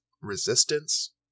resistance